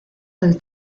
del